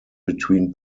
between